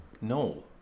No